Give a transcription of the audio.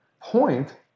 point